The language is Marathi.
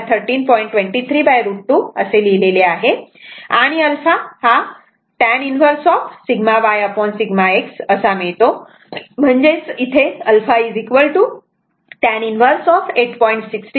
23√ 2 असे लिहिले आहे आणि α tan 1 σyσx असा मिळतो म्हणजेच α tan 1 8